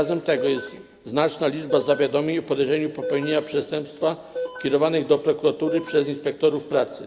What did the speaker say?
Wyrazem tego jest znaczna liczba zawiadomień o podejrzeniu popełnienia przestępstwa kierowanych do prokuratury przez inspektorów pracy.